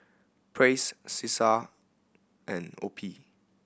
Praise Cesar and OPI